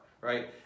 right